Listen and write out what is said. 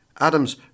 Adams